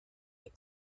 est